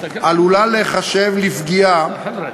תמשיך להיות בתי-המשפט